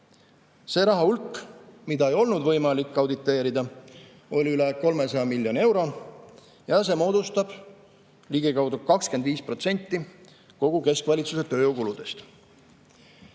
See rahahulk, mida ei olnud võimalik auditeerida, on üle 300 miljoni euro ja see moodustab ligikaudu 25% kogu keskvalitsuse tööjõukuludest.